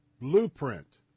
blueprint